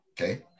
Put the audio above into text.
Okay